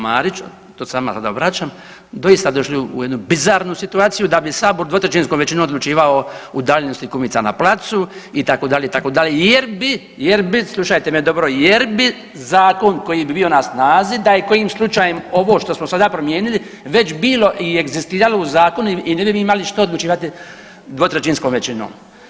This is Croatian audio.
Marić, to se vama sada obraćam, doista došli u jednu bizarnu situaciju, da bi Sabor dvotrećinskom većinom odlučivao udaljenosti kumica na placu, itd., itd. jer bi, jer bi, slušajte me dobro, jer bi zakon koji bi bio na snazi, da je kojim slučajem ovo što smo sada promijenili, već bilo i egzistiralo u zakonu i ne bi vi imali što odlučivati dvotrećinskom većinom.